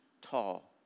tall